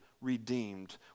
redeemed